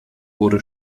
wurde